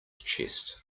chest